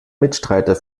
mitstreiter